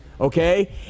okay